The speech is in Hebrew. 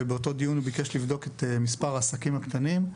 באותו דיון הוא ביקש לבדוק את מספר העסקים הקטנים,